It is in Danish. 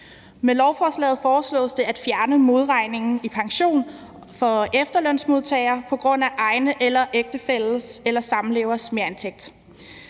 Med lovforslaget foreslås det at fjerne modregningen i pension for efterlønsmodtagere på grund af egen eller ægtefælles eller samlevers merindtægt.